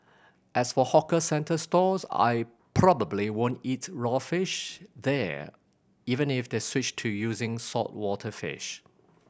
as for hawker centre stalls I probably won't eat raw fish there even if they switched to using saltwater fish